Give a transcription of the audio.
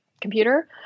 computer